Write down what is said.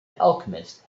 alchemist